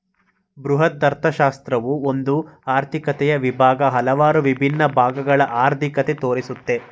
ಬೃಹದರ್ಥಶಾಸ್ತ್ರವು ಒಂದು ಆರ್ಥಿಕತೆಯ ವಿಭಾಗ, ಹಲವಾರು ವಿಭಿನ್ನ ಭಾಗಗಳ ಅರ್ಥಿಕತೆ ತೋರಿಸುತ್ತೆ